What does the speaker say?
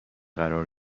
قرار